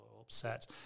upset